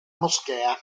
moschea